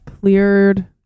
cleared